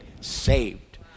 saved